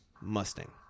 Mustang